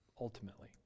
ultimately